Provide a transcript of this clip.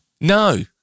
No